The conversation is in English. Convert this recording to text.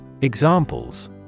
Examples